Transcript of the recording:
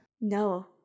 No